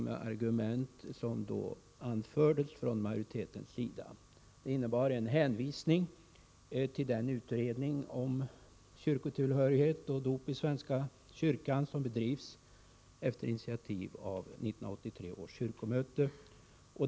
De argument som framfördes från majoritetens sida innebar en hänvisning till den utredning om kyrkotillhörighet och dop i den svenska kyrkan som bedrevs efter initiativ av 1983 års kyrkomöte.